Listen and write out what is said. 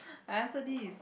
I answer this